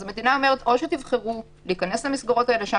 אז המדינה אומרת: או תיכנסו למסגרות האלה - שם